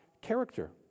character